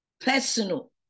personal